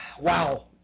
Wow